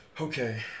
Okay